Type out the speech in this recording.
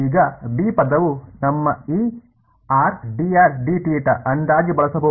ಈಗ ಬಿ ಪದವು ನಮ್ಮ ಈ ಅಂದಾಜು ಬಳಸಬಹುದು